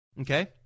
Okay